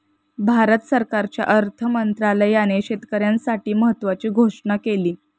भारत सरकारच्या अर्थ मंत्रालयाने शेतकऱ्यांसाठी महत्त्वाची घोषणा केली